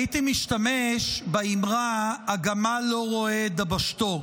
הייתי משתמש באמרה: הגמל לא רואה את דבשתו.